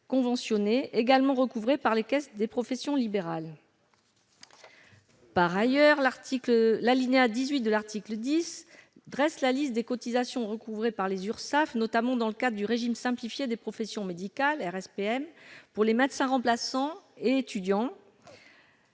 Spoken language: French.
conventionnés, également recouvrées par les caisses de professions libérales. Par ailleurs, l'alinéa 18 de l'article dresse la liste des cotisations recouvrées par les Urssaf, notamment dans le cadre du régime simplifié des professions médicales (RSPM) pour les médecins remplaçants et étudiants